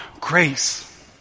grace